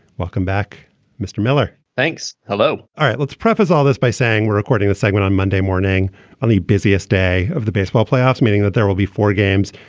welcome back mr. miller. thanks. hello all right let's preface all this by saying we're recording the segment on monday morning on the busiest day of the baseball playoffs meaning that there will be four games.